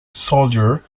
soldier